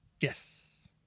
Yes